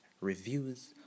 reviews